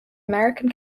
american